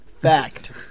fact